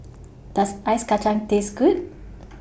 Does Ice Kacang Taste Good